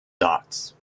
dots